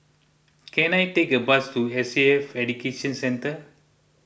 can I take a bus to S A F Education Centre